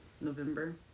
November